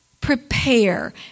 prepare